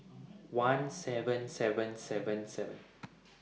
one seven seven seven seven